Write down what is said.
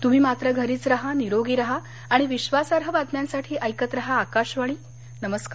तम्ही मात्र घरीच राहा निरोगी राहा आणि विश्वासार्ह बातम्यांसाठी ऐकत राहा आकाशवाणी नमस्कार